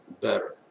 better